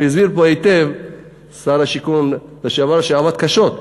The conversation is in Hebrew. והסביר פה היטב שר השיכון לשעבר, שעבד קשה,